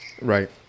Right